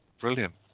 Brilliant